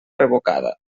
revocada